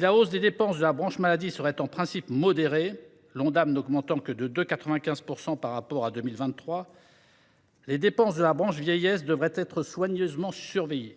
La hausse des dépenses de la branche maladie devrait en principe être modérée – l’Ondam n’augmenterait que de 2,95 % par rapport à 2023 –, mais les dépenses de la branche vieillesse devraient être soigneusement surveillées.